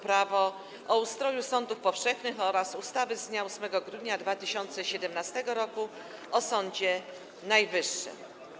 Prawo o ustroju sądów powszechnych oraz ustawy z dnia 8 grudnia 2017 roku o Sądzie Najwyższym.